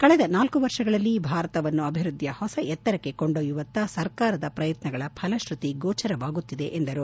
ಕಳೆದ ನಾಲ್ಕು ವರ್ಷಗಳಲ್ಲಿ ಭಾರತವನ್ನು ಅಭಿವೃದ್ದಿಯ ಹೊಸ ಎತ್ತರಕ್ಕೆ ಕೊಂಡೊಯ್ಲುವತ್ತ ಸರ್ಕಾರದ ಪ್ರಯತ್ನಗಳ ಫಲಶ್ಯೃತಿ ಗೋಚರವಾಗುತ್ತಿದೆ ಎಂದರು